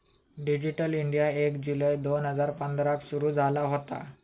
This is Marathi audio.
डीजीटल इंडीया एक जुलै दोन हजार पंधराक सुरू झाला होता